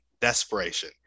desperation